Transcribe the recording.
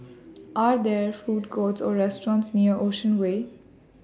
Are There Food Courts Or restaurants near Ocean Way